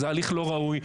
זה הליך לא ראוי,